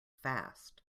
fast